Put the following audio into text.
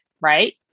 right